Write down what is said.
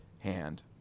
hand